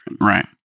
Right